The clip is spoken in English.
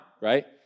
right